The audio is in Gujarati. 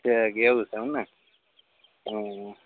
ઠીક એવું છે એમ ને હં હં